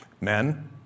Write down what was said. Men